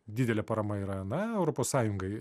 didelė parama yra na europos sąjungai